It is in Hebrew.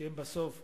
שהם בסוף,